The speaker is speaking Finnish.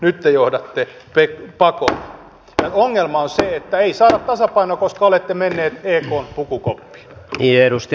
nyt te johdatte pakolla ja ongelma on se että ei saada tasapainoa koska olette menneet ekn pukukoppiin